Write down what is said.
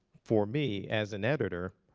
for me as an editor,